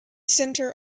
center